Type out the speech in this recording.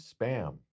spam